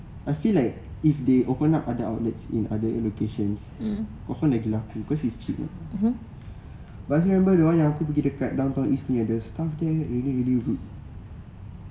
I feel like if they open up other outlets in other allocations confirm lagi laku because it's cheap [what] but I still remember the one yang aku pergi dekat down town east punya the staff there really really rude